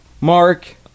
Mark